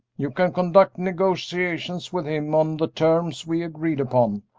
you can conduct negotiations with him on the terms we agreed upon,